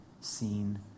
seen